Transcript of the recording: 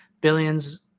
billions